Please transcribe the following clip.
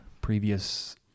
previous